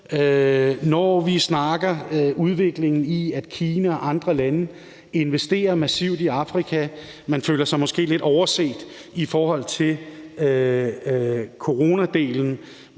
når vi snakker udviklingen med, at Kina og andre lande investerer massivt i Afrika, føler man sig måske lidt overset i forhold til coronadelen,